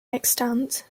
extant